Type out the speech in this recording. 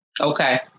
Okay